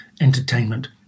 entertainment